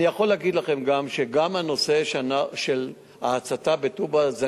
אני יכול להגיד לכם גם שגם הנושא של ההצתה בטובא-זנגרייה,